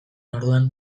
orduan